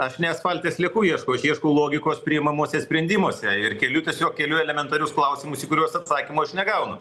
aš ne asfalte sliekų ieškau aš ieškau logikos priimamuose sprendimuose ir keliu tiesiog keliu elementarius klausimus į kuriuos atsakymo aš negauna